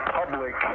public